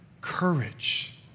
courage